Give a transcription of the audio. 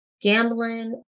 Gambling